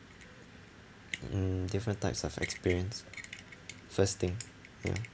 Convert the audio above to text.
mm different types of experience first thing ya